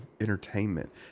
entertainment